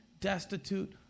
destitute